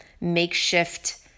makeshift